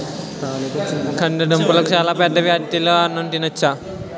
కందదుంపలాకులు చాలా పెద్దవి ఆటిలో అన్నం తినొచ్చు